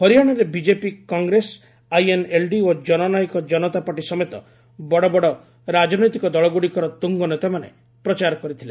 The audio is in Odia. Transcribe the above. ହରିଆଶାରେ ବିଜେପି କଂଗ୍ରେସ ଆଇଏନ୍ଏଲ୍ଡି ଓ ଜନନାୟକ ଜନତାପାର୍ଟି ସମେତ ବଡ଼ବଡ଼ ରାଜନୈତିକ ଦଳଗୁଡ଼ିକର ତ୍ରୁଙ୍ଗନେତାମାନେ ପ୍ରଚାର କରିଥିଲେ